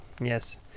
Yes